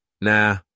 Nah